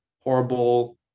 horrible